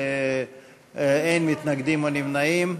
אין מתנגדים או נמנעים.